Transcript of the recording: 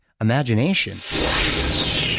Imagination